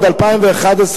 עד פברואר 2011,